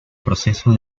proceso